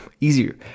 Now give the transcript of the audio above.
easier